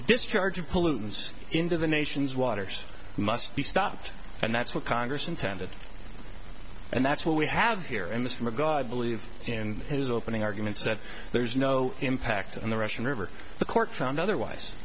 of pollutants into the nation's waters must be stopped and that's what congress intended and that's what we have here in this regard believe in his opening arguments that there's no impact on the russian river the court found otherwise